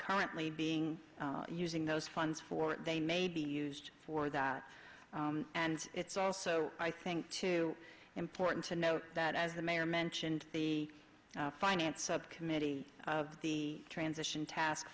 currently being using those funds for they may be used for that and it's also i think too important to note that as the mayor mentioned the finance subcommittee of the transition task